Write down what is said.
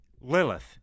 Lilith